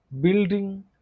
building